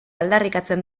aldarrikatzen